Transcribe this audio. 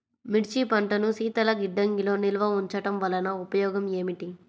మిర్చి పంటను శీతల గిడ్డంగిలో నిల్వ ఉంచటం వలన ఉపయోగం ఏమిటి?